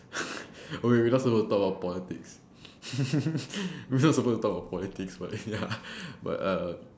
okay we not supposed to talk about politics we not supposed to talk about politics but ya but uh